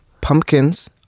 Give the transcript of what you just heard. pumpkins